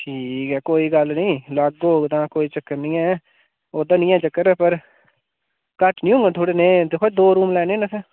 ठीक ऐ कोई गल्ल नी अलग होग तां कोई चक्कर नी ऐ ओह्दा नी ऐ चक्कर पर घट्ट नी होङन थुआढ़े ने दिक्खो दो रूम लैने न असें